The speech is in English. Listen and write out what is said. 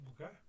Okay